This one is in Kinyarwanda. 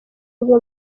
rwe